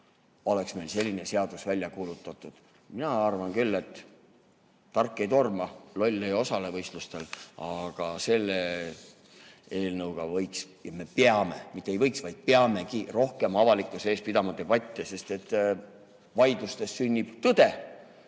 oleks meil selline seadus välja kuulutatud. Mina arvan küll, et tark ei torma, loll ei osale võistlustel. Aga selle eelnõuga me võiks või mitte ei võiks, vaid peaks rohkem avalikkuse ees debatte pidama, sest vaidlustes sünnib tõde.